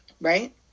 right